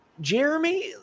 jeremy